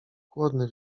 chłodny